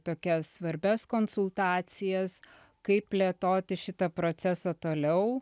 tokias svarbias konsultacijas kaip plėtoti šitą procesą toliau